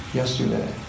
yesterday